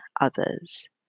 others